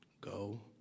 Go